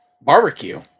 barbecue